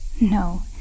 No